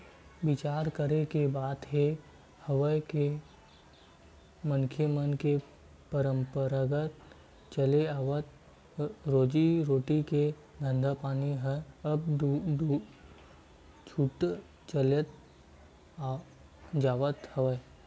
बिचार करे के बात ये हवय के मनखे मन के पंरापरागत चले आवत रोजी रोटी के धंधापानी ह अब छूटत चले जावत हवय